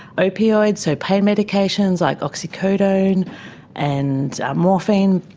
opioids, so pain medications like oxycodone and morphine.